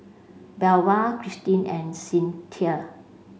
Belva Christene and Cinthia